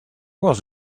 was